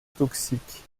toxique